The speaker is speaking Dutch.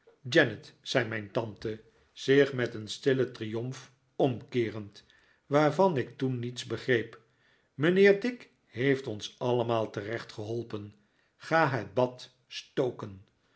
janet zei mijn tante zich met een stillen triomf omkeerend waarvan ik toen niets begreep mijnheer dick heeft ons allemaal terecht geholpen ga het bad stoken